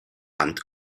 hand